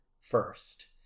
first